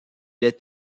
est